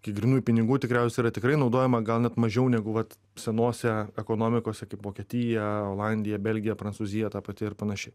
kai grynųjų pinigų tikriausiai yra tikrai naudojama gal net mažiau negu vat senose ekonomikose kaip vokietija olandija belgija prancūzija ta pati ir panašiai